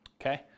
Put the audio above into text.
okay